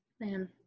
man